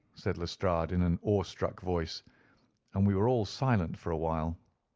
said lestrade, in an awe-struck voice and we were all silent for a while.